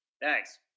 thanks